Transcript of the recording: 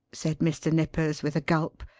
said mr. nippers with a gulp.